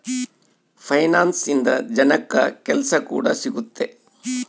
finance ಇಂದ ಜನಕ್ಕಾ ಕೆಲ್ಸ ಕೂಡ ಸಿಗುತ್ತೆ